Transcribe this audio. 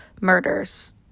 murders